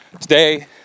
today